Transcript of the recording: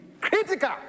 critical